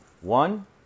one